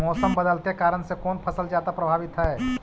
मोसम बदलते के कारन से कोन फसल ज्यादा प्रभाबीत हय?